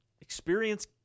experience